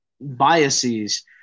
biases